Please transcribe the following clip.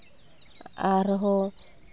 ᱟᱨᱦᱚᱸ